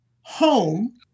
home